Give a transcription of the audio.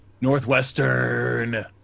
Northwestern